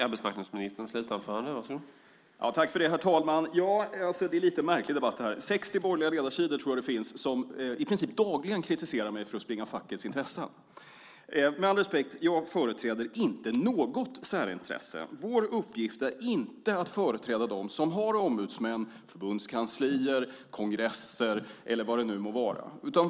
Herr talman! Ja, det är en lite märklig debatt, det här. 60 borgerliga ledarsidor tror jag det finns som i princip dagligen kritiserar mig för att springa fackets intressen. Med all respekt: Jag företräder inte något särintresse. Vår uppgift är inte att företräda dem som har ombudsmän, förbundskanslier, kongresser eller vad det nu må vara.